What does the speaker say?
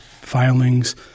filings